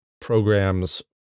programs